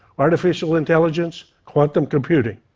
artificial intelligence, quantum computing.